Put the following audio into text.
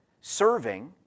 serving